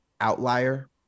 outlier